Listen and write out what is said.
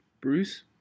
Bruce